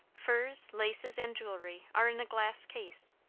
furs, laces, and jewelry are in a glass case,